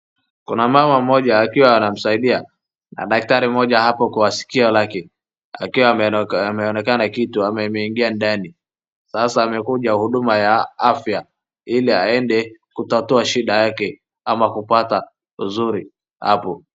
Kuna mama mmoja akiwa anamsaidia na daktari hapo kwa skio lake akiwa ameonekana kitu imemuingia ndani . Sasa amekuja hudma ya afya ili aweze kutatua shida yake ama kupata uzuri hapo.